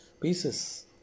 pieces